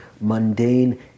mundane